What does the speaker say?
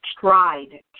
tried